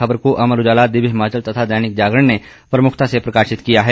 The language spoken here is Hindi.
खबर को अमर उजाला दिव्य हिमाचल तथा दैनिक जागरण ने प्रमुखता से प्रकाशित किया है